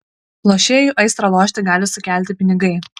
lošėjui aistrą lošti gali sukelti pinigai